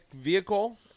vehicle